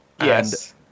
Yes